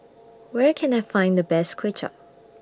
Where Can I Find The Best Kway Chap